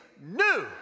new